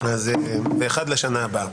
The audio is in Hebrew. לשנה הבאה.